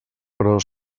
però